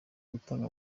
gutanga